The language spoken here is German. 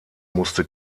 musste